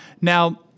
Now